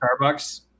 Starbucks